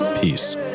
Peace